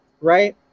right